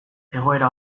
egoera